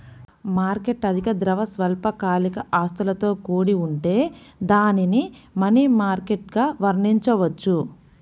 market అధిక ద్రవ, స్వల్పకాలిక ఆస్తులతో కూడి ఉంటే దానిని మనీ మార్కెట్గా వర్ణించవచ్చు